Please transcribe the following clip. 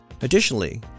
Additionally